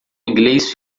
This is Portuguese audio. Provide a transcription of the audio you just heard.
inglês